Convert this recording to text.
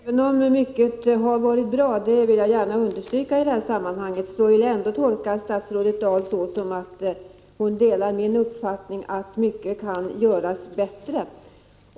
Herr talman! Även om mycket har varit bra — det vill jag gärna understryka — vill jag ändå tolka statsrådet Dahl så att hon delar min uppfattning att mycket kan göras bättre.